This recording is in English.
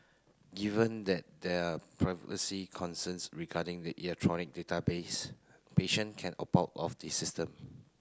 given that there are privacy concerns regarding the electronic database patient can about of the system